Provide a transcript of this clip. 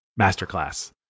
masterclass